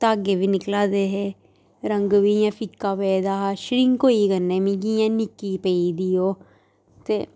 धागे बी निकला दे हे रंग बी इ'यां फिक्का पेदा हा श्रिंक होई कन्नै मिगी इ'यां निक्की पेई गेदी ही ओह् ते